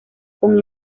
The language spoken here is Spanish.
con